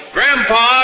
Grandpa